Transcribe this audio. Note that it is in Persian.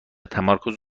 تمرکز